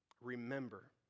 Remember